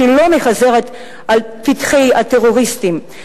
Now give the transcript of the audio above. שלא מחזרת על פתחי הטרוריסטים,